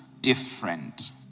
different